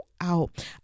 out